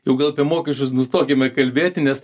jau gal apie mokesčius nustokime kalbėti nes